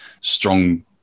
strong